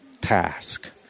task